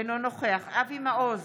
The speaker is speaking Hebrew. אינו נוכח אבי מעוז,